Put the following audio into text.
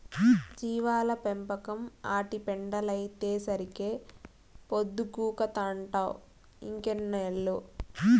జీవాల పెంపకం, ఆటి పెండలైతేసరికే పొద్దుగూకతంటావ్ ఇంకెన్నేళ్ళు